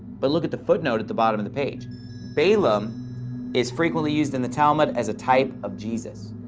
but look at the footnote at the bottom of the page balaam is frequently used in the talmud as a type of jesus.